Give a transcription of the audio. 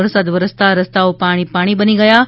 વરસાદ વરસતા રસ્તાઓ પાણી પાણી બની ગયા છે